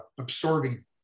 absorbing